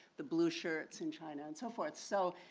the blue shirts in china and so forth. so,